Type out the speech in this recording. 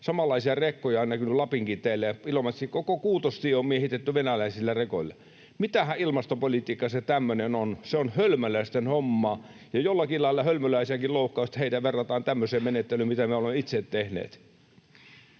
Samanlaisia rekkoja on ainakin Lapinkin teillä, ja Ilomantsin koko Kuutostie on miehitetty venäläisillä rekoilla. Mitähän ilmastopolitiikkaa se tämmöinen on? Se on hölmöläisten hommaa. Ja jollakin lailla hölmöläisiäkin loukkaa, että heitä verrataan tämmöiseen menettelyyn, mitä me ollaan itse tehty.